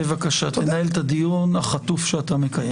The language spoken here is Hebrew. בבקשה, תנהל את הדיון החטוף שאתה מקיים.